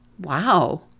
wow